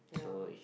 yeah